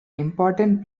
important